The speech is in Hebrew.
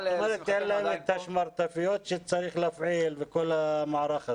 אין להן את השמרטפיות שצריך להפעיל ואת כל המערך הזה.